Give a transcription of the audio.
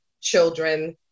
children